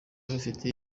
bafite